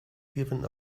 giving